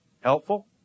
Helpful